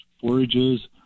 forages